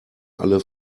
alle